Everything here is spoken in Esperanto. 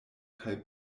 kaj